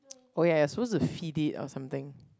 oh ya you suppose to feed it or something